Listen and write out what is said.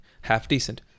half-decent